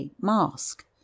mask